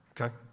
Okay